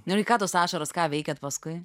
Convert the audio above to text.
nu ir į ką tos ašaros ką veikėt paskui